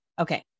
Okay